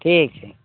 ठीक छै